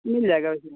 मिल जाएगा